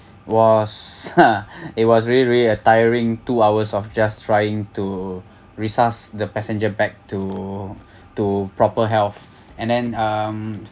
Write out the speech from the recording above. was ha it was very very a tiring two hours of just trying to resurge the passenger back to to proper health and then um